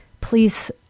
Please